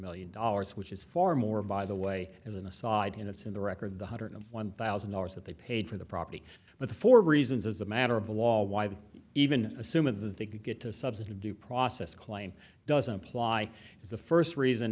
million dollars which is far more by the way as an aside and it's in the record the hundred and one thousand dollars that they paid for the property but for reasons as a matter of the wall why they even assume of that they could get to subsidy due process claim doesn't apply is the first reason